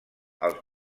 els